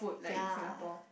ya